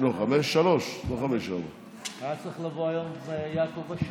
לא 4:5. היה צריך לבוא היום יעקב אשר,